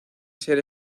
ser